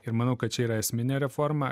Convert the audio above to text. ir manau kad čia yra esminė reforma